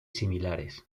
similares